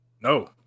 No